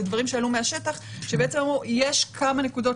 הם דברים שעלו מהשטח שבעצם אמרו: יש כמה נקודות